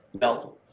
No